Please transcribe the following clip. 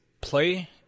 play